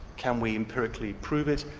can we empiraclally prove it,